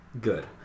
Good